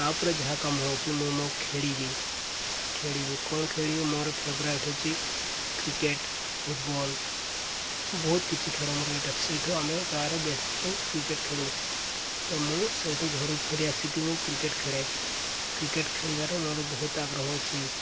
ତା'ପରେ ଯାହା କାମ ହେଉଛି ମୁଁ ମୋ ଖେଳିବି ଖେଳିବି କ'ଣ ଖେଳିବି ମୋର ଫେଭରାଇଟ୍ ହେଉଛି କ୍ରିକେଟ୍ ଫୁଟବଲ୍ ବହୁତ କିଛି ଖେଳ ମୋର ଇଣ୍ଟ୍ରେଷ୍ଟ୍ ସେଇଠୁ ଆମେ ଗାଁ'ରେ ବେଶି ସବୁ କ୍ରିକେଟ୍ ଖେଳୁ ତ ମୁଁ ସେଇଠୁ ଘରୁ ଫେରି ଆସିକି ମୁଁ କ୍ରିକେଟ୍ ଖେଳେ କ୍ରିକେଟ୍ ଖେଳିବାର ମୋର ବହୁତ ଆଗ୍ରହ ଅଛି